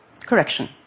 Correction